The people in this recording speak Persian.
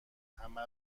همه